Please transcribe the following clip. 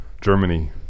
germany